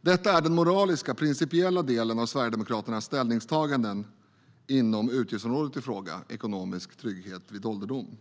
Detta är den moraliska, principiella delen av Sverigedemokraternas ställningstaganden inom utgiftsområdet i fråga - ekonomisk trygghet vid ålderdom.